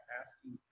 asking